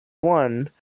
One